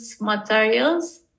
materials